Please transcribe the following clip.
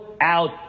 out